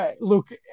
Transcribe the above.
Look